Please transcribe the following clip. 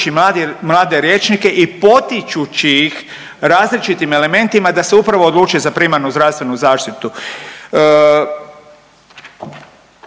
i potičući ih različitim elementima da se upravo odluče za primarnu zdravstvenu zaštitu.